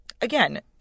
again